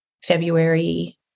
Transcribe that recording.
February